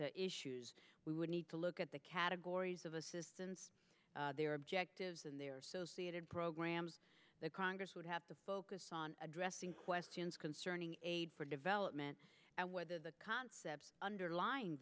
difficult issues we would need to look at the categories of assistance their objectives and their associated programs that congress would have to focus on addressing questions concerning aid for development and whether the concepts underlying